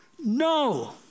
No